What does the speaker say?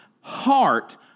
heart